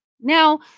Now